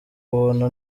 buntu